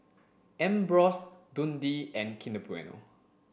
Ambros Dundee and Kinder Bueno